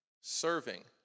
serving